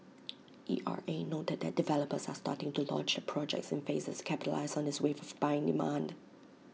E R A noted that developers are starting to launch their projects in phases capitalise on this wave of buying demand